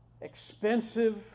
expensive